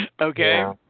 Okay